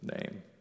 name